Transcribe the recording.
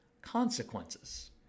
consequences